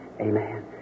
Amen